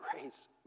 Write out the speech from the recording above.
grace